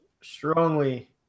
strongly